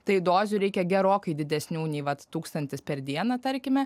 tai dozių reikia gerokai didesnių nei vat tūkstantis per dieną tarkime